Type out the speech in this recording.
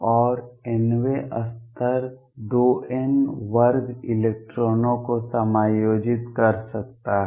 और n वें स्तर 2 n वर्ग इलेक्ट्रॉनों को समायोजित कर सकता है